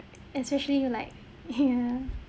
especially you like ya